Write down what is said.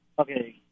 Okay